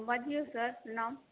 बाजियौ sir नाम